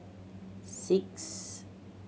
six